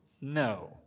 No